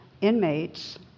inmates